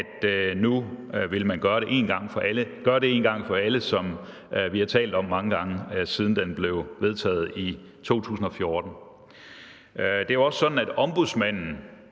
at nu ville man gøre det en gang for alle, som vi har talt om mange gange, siden den blev vedtaget i 2014. Det er jo også sådan, at ombudsmanden